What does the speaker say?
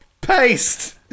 paste